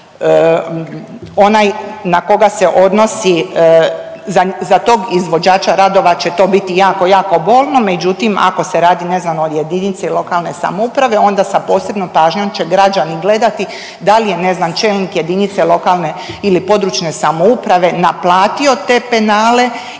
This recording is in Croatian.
onaj na koga se odnosi, za, za tog izvođača radova će to biti jako, jako bolno, međutim ako se radi ne znam o JLS onda sa posebnom pažnjom će građani gledati da li je ne znam čelnik jedinice lokalne ili područne samouprave naplatio te penale ili nije. Kad govorimo o provedbi